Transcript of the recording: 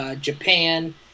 Japan